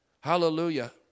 Hallelujah